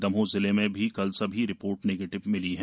दमोह जिले में कल सभी रि ोर्ट निगेटिव मिली है